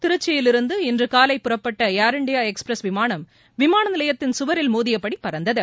திருச்சியிலிருந்து இன்றுகாலை புறப்பபட்டார் ஏர் இண்டியா எக்ஸ்பிரஸ் விமானம் விமான நிலையத்தின் சுவரில் மோதியபடியே பறந்தது